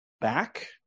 back